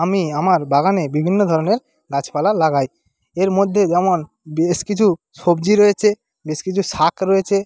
আমি আমার বাগানে বিভিন্ন ধরণের গাছপালা লাগাই এর মধ্যে যেমন বেশ কিছু সবজি রয়েছে বেশ কিছু শাক রয়েছে